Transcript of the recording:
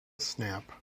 snap